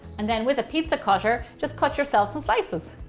and then with a pizza cutter, just cut yourself some slices.